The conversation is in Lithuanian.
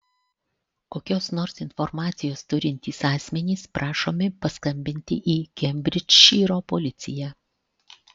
kokios nors informacijos turintys asmenys prašomi paskambinti į kembridžšyro policiją